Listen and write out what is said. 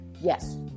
Yes